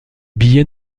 billets